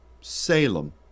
Salem